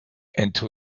into